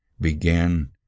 began